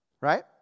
Right